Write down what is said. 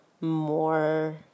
more